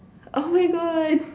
oh my god